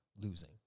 losing